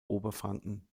oberfranken